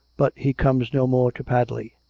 but he comes no more to padley.